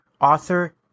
author